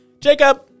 Jacob